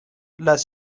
las